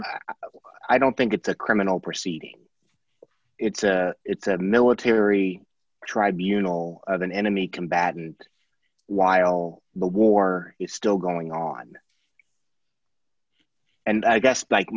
and i don't think it's a criminal proceeding it's a it's a military tribunal of an enemy combatant while the war is still going on and i guess bike